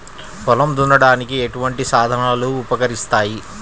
పొలం దున్నడానికి ఎటువంటి సాధనాలు ఉపకరిస్తాయి?